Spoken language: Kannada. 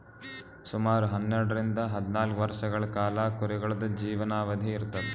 ಸುಮಾರ್ ಹನ್ನೆರಡರಿಂದ್ ಹದ್ನಾಲ್ಕ್ ವರ್ಷಗಳ್ ಕಾಲಾ ಕುರಿಗಳ್ದು ಜೀವನಾವಧಿ ಇರ್ತದ್